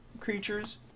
creatures